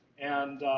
and